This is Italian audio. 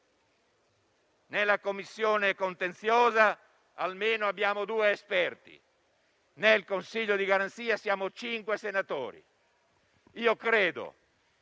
Nella Commissione contenziosa almeno abbiamo due esperti, mentre nel Consiglio di garanzia siamo cinque senatori. Caro